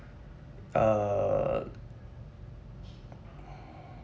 uh